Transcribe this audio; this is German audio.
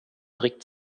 trick